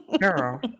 girl